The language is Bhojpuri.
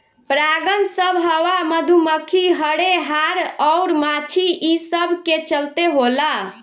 परागन सभ हवा, मधुमखी, हर्रे, हाड़ अउर माछी ई सब के चलते होला